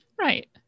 Right